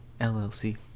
LLC